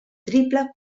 triple